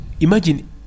imagine